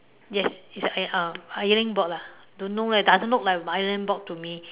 yes it is a ironing board lah don't know leh doesn't look like a ironing board to me